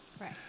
Right